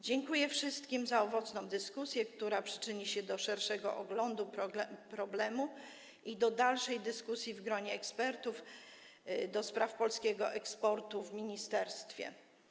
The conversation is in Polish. Dziękuję wszystkim za owocną dyskusję, która przyczyni się do szerszego oglądu problemu i do dalszej dyskusji w gronie ekspertów do spraw polskiego eksportu w ministerstwie.